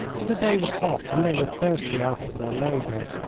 for the day was hot and they were thirsty after their labour.